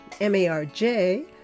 M-A-R-J